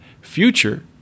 future